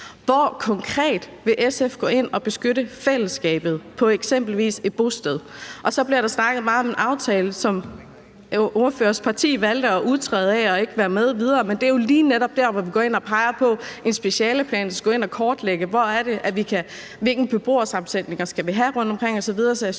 SF konkret gå ind og beskytte fællesskabet på eksempelvis et bosted? Så bliver der snakket meget om en aftale, som ordførerens parti valgte at udtræde af og ikke være med videre i, men det er jo lige netop der, hvor vi går ind og peger på, at en specialeplan skal gå ind og kortlægge, hvilke beboersammensætninger vi skal have rundtomkring osv.